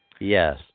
yes